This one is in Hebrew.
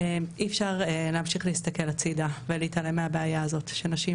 אי אפשר להמשיך להסתכל הצידה ולהתעלם מהבעיה הזאת שנשים,